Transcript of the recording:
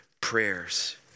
prayers